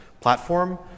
platform